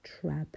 Trap